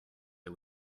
her